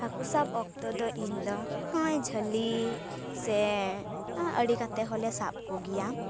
ᱦᱟᱹᱠᱩ ᱥᱟᱵᱽ ᱚᱠᱛᱚ ᱫᱚ ᱤᱧ ᱫᱚ ᱱᱚᱜᱼᱚᱭ ᱡᱷᱟᱹᱞᱤ ᱥᱮ ᱟᱹᱰᱤ ᱠᱟᱛᱮ ᱦᱚᱞᱮ ᱥᱟᱵᱽ ᱠᱚᱜᱮᱭᱟ